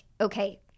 okay